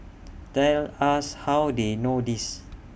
tell us how they know this